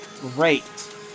Great